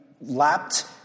lapped